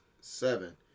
seven